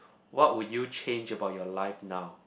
what would you change about your life now